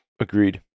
Agreed